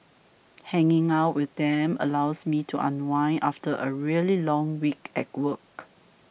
hanging out with them allows me to unwind after a really long week at work